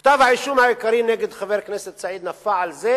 כתב האישום העיקרי נגד חבר הכנסת סעיד נפאע הוא על זה